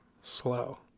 slow